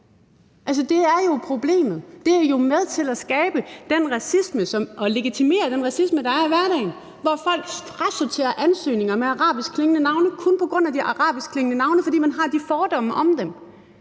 det er jo problemet. Det er jo med til at skabe og legitimere den racisme, der er i hverdagen, hvor folk frasorterer ansøgninger fra mennesker med arabisk klingende navne alene på grund af de arabiske navne, fordi man har de fordomme om dem.